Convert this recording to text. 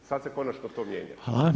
Sada se konačno to mijenja.